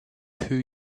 too